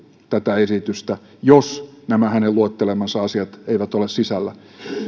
tätä esitystä jos nämä hänen luettelemansa asiat eivät ole sisällä